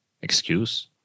excuse